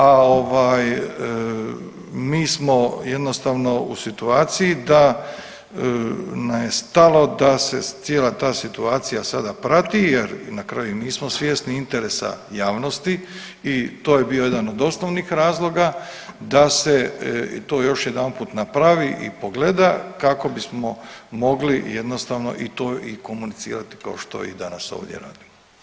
A ovaj mi smo jednostavno u situaciji da nam je stalo da se cijela ta situacija sada prati jer na kraju i mi smo svjesni interesa javnosti i to je bio jedan od osnovnih razloga da se to još jedanput napravi i pogleda kako bismo mogli jednostavno i to i komunicirati kao što i danas ovdje radimo.